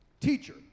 Teacher